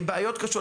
בעיות קשות,